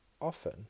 often